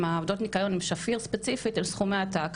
עובדות הניקיון מחברת שפיר ספציפית הם סכומי עתק.